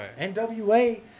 NWA